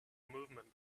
movement